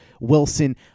Wilson